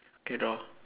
okay draw